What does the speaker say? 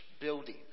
building